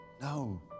No